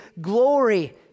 glory